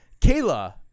Kayla